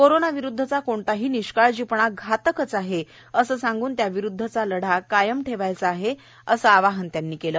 कोरोनाविरुद्धचा कोणताही निष्काळजीपणा घातकच आहे असं सांगून त्याविरुद्धचा लढा कायम ठेवायचा आहे असं आवाहन त्यांनी केलं